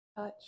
touch